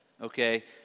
Okay